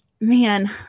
man